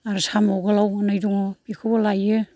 आरो साम' गोलाव होन्नाय दङ बेखौबो लायो